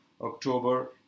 October